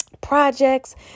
projects